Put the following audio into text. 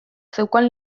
zeukan